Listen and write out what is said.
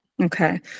Okay